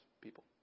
people